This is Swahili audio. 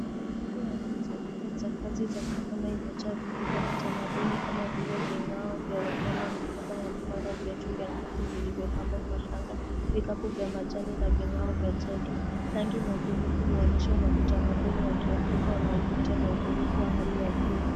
Meza ya kuuza bidha za kazi za mikono imejaa vitu vya kitamaduni kama vile: ving'ao vya wanyama, mikoba ya mkono, viatu vya ngozi vilivyopambwa kwa shanga, vikapu vya majani na ving'ao vya jadi. Rangi na ubunifu huonyesha utamaduni wa Kiafrika unaovutia na hali wa juu.